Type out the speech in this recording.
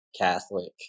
Catholic